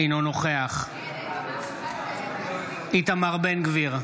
אינו נוכח איתמר בן גביר,